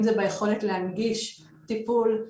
אם זה ביכולת להנגיש טיפול,